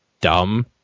dumb